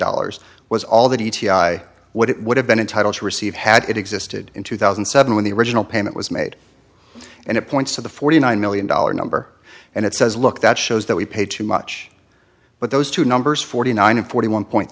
dollars was all that e t i what it would have been entitled to receive had it existed in two thousand and seven when the original payment was made and it points to the forty nine million dollar number and it says look that shows that we paid too much but those two numbers forty nine and forty one point